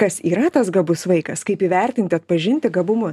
kas yra tas gabus vaikas kaip įvertint atpažinti gabumus